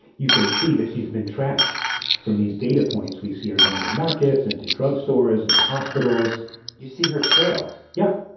you can see that she's been tracked from these data points. we see her going to markets and to drugstores and to hospitals you see her trail yeah.